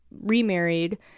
remarried